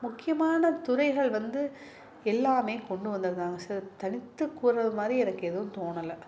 முக்கியமான துறைகள் வந்து எல்லாமே கொண்டு வந்தது தாங்க சார் தனித்து கூறுவது மாதிரி எனக்கு எதுவும் தோணலை